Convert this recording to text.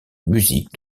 musique